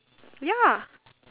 ya